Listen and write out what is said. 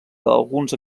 alguns